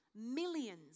Millions